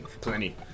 Plenty